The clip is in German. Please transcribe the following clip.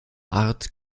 art